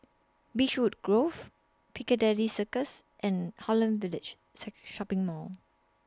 Beechwood Grove Piccadilly Circus and Holland Village Seek Shopping Mall